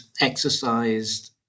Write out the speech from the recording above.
exercised